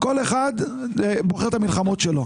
כל אחד בוחר את המלחמות שלו.